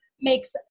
makes